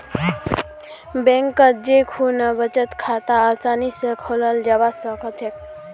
बैंकत जै खुना बचत खाता आसानी स खोलाल जाबा सखछेक